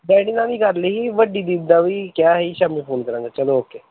daddy ਨਾਲ ਵੀ ਕਰ ਲਈ ਵੱਡੀ ਦੀਦੀ ਦਾ ਵੀ ਕਿਹਾ ਸੀ ਸ਼ਾਮੀ ਫੋਨ ਕਰਾਂਗਾ ਚਲੋ ਓਕੇ